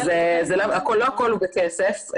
אז לא הכול הוא בכסף,